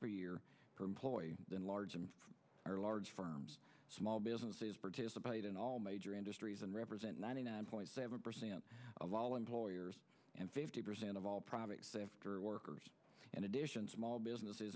per year per employee than large and large firms small businesses participate in all major industries and represent ninety nine point seven percent of all employers and fifty percent of all private workers in addition small businesses